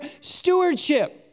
stewardship